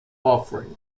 offering